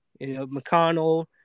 McConnell